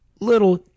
Little